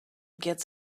gets